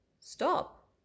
stop